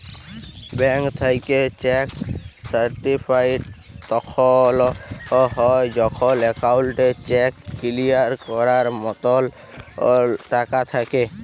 bank থ্যাইকে cheque certified তখল হ্যয় যখল একাউল্টে চ্যাক কিলিয়ার ক্যরার মতল টাকা থ্যাকে